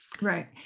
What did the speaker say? Right